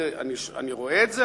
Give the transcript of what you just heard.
אני רואה את זה,